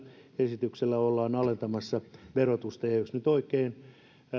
esityksellä ollaan alentamassa verotusta ja jos nyt oikein